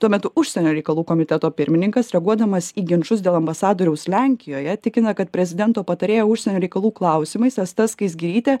tuo metu užsienio reikalų komiteto pirmininkas reaguodamas į ginčus dėl ambasadoriaus lenkijoje tikina kad prezidento patarėja užsienio reikalų klausimais asta skaisgirytė